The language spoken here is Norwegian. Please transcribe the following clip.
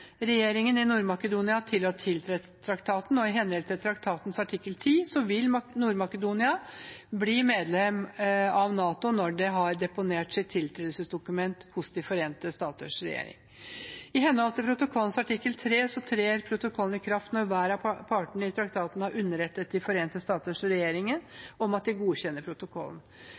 regjeringen i Nord-Makedonia til å tiltre traktaten. I henhold til traktatens artikkel 10 vil Nord-Makedonia bli medlem av NATO når det har deponert sitt tiltredelsesdokument hos De forente staters regjering. I henhold til protokollens artikkel II trer protokollen i kraft når hver av partene i traktaten har underrettet De forente staters regjering om at de godkjenner protokollen.